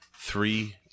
Three